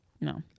No